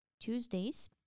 Tuesdays